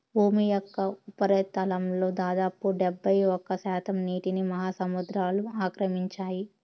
భూమి యొక్క ఉపరితలంలో దాదాపు డెబ్బైఒక్క శాతం నీటిని మహాసముద్రాలు ఆక్రమించాయి